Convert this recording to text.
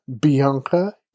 Bianca